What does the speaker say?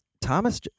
Thomas